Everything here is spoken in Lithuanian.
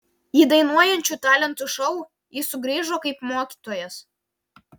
į dainuojančių talentų šou jis sugrįžo kaip mokytojas